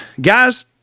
guys